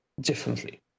differently